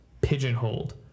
pigeonholed